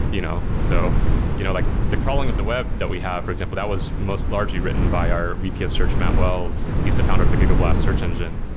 you know so you know like the crawling of the web that we have, for example, that was most largely written by our vp of search, matt wells. he's the founder of the google blast search engine,